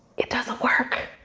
it doesn't work.